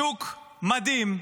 שוק מדהים,